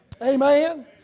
Amen